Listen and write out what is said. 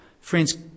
Friends